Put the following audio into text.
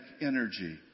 energy